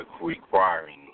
requiring